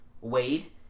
Wade